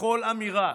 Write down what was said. בכל אמירה.